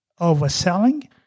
overselling